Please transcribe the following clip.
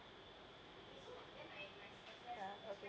ya okay